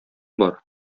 бар